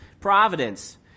providence